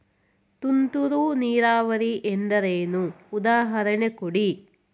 ತುಂತುರು ನೀರಾವರಿ ಎಂದರೇನು, ಉದಾಹರಣೆ ಕೊಡಿ?